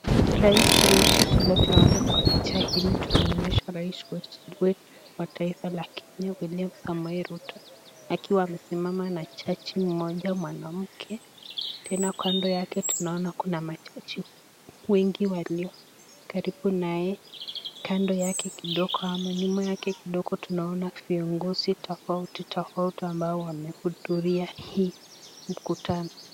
Rais wetu tunavyo ona kwa picha hii tumeonyesha rais wetu wa taifa la Kenya, William Samoei Ruto, akiwa amesimama na jaji mmoja mwanamke. Tena kando yake tunaona kuna majaji wengi walio karibu naye. Kando yake kidogo ama nyuma yake kidogo tunaona viongozi tofauti tofauti ambao wamehudhuria hii mkutano.